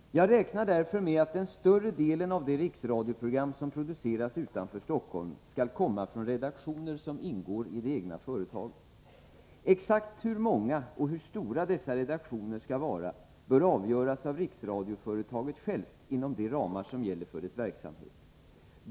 ”Jag räknar därför med att den större delen av de riksradioprogram som produceras utanför Stockholm skall komma från redaktioner som ingår i det egna företaget. Exakt hur många och hur stora dessa redaktioner skall vara bör avgöras av riksradioföretaget självt inom de ramar som gäller för dess verksamhet.